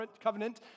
covenant